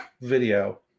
video